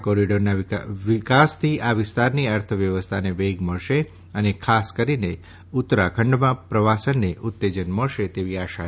આ કોરીડોરના વિકાસથી આ વિસ્તારની અર્થવ્યવસ્થાને વેગ મળશે ખાસ કરીને ઉત્તરાખંડમાં પ્રવાસનને ઉત્તેજન મળશે તેવી આશા છે